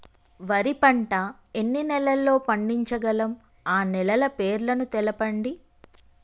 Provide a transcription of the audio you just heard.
వరి పంట ఎన్ని నెలల్లో పండించగలం ఆ నెలల పేర్లను తెలుపండి?